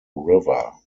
river